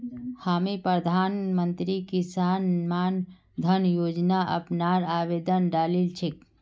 हामी प्रधानमंत्री किसान मान धन योजना अपनार आवेदन डालील छेक